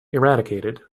eradicated